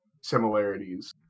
similarities